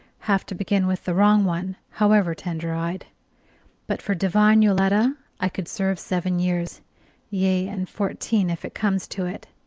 have to begin with the wrong one, however tender-eyed but for divine yoletta i could serve seven years yea, and fourteen, if it comes to it.